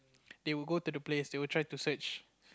they would go to the place they would try to search